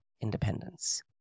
independence